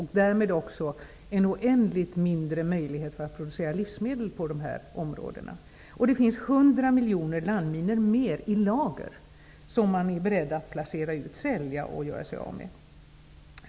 Därmed är det också oändligt sämre möjligheter att producera livsmedel på dessa områden. Det finns 100 miljoner landminor dessutom i lager, som man är beredd att placera ut, sälja och göra sig av med.